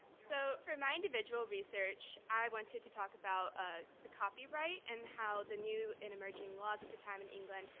so for my individual research, i wanted to talk about ah the copyright and how the new and emerging laws at the time in england,